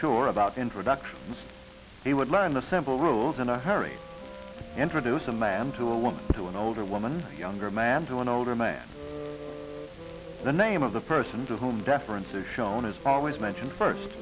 sure about introductions he would learn the simple rules in a hurry to introduce a man to a woman to an older woman younger man to an older man the name of the person to whom deference is shown his power is mentioned first